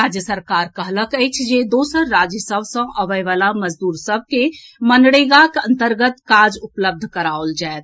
राज्य सरकार कहलक अछि जे दोसर राज्य सभ सँ अबएवला मजदूर सभ के मनरेगाक अन्तर्गत काज उपलब्ध कराओल जाएत